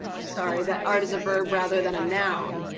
sorry that art is a verb rather than a noun,